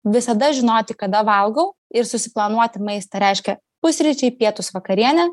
visada žinoti kada valgau ir susiplanuoti maistą reiškia pusryčiai pietūs vakarienė